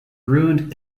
ruined